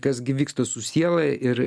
kas gi vyksta su siela ir